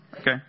Okay